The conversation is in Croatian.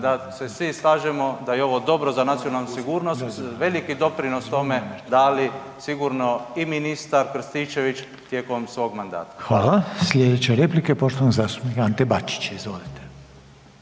da se svi slažemo da i ovo dobro za nacionalnu sigurnost veliki doprinos tome dali sigurno i ministar Krstičević tijekom svog mandata. **Reiner, Željko (HDZ)** Hvala. Slijedeća je replika poštovanog zastupnika Ante Bačića. Izvolite.